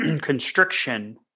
constriction